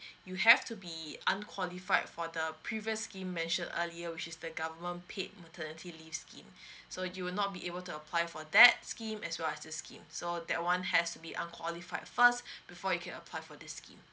you have to be unqualified for the previous scheme mentioned earlier which is the government paid maternity leaves scheme so you will not be able to apply for that scheme as well as this scheme so that one has to be unqualified first before you can apply for this scheme